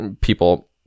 people